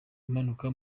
imanuka